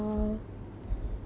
ya